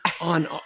on